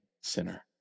sinner